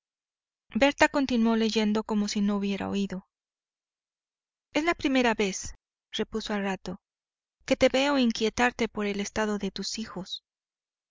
berta continuó leyendo como si no hubiera oído es la primera vez repuso al rato que te veo inquietarte por el estado de tus hijos